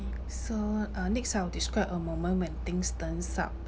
so uh next I'll describe a moment when things turns out